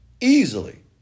Easily